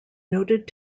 noted